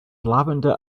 lavender